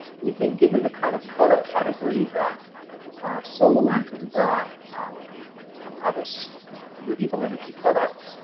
we think given the kind of product category that solar lanterns are and and other so renewable energy products.